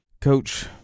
coach